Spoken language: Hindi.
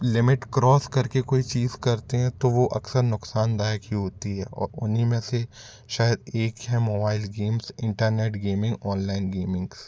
लिमिट क्रॉस करके कोई चीज़ करते हैं तो वो अक्सर नुकसानदायक ही होती है और उन्हीं में से शायद एक है mobile games internet gaming online gamings